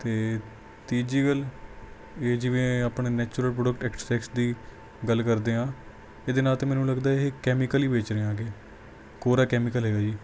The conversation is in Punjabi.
ਅਤੇ ਤੀਜੀ ਗੱਲ ਇਹ ਜਿਵੇਂ ਆਪਣੇ ਨੈਚੁਰਲ ਪ੍ਰੋਡਕਟ ਦੀ ਗੱਲ ਕਰਦੇ ਹਾਂ ਇਹਦੇ ਨਾਲ ਤਾਂ ਮੈਨੂੰ ਲੱਗਦਾ ਇਹ ਕੈਮੀਕਲ ਹੀ ਵੇਚ ਰਹੇ ਆਗੇ ਕੋਰਾ ਕੈਮੀਕਲ ਹੈਗਾ ਜੀ